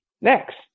Next